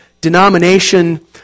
denomination